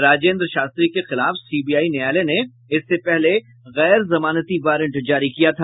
राजेंद्र शास्त्री के खिलाफ सीबीआई न्यायालय ने इससे पहले गैर जमानती वारंट जारी किया था